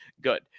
good